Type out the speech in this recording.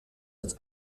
its